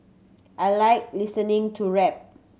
I like listening to rap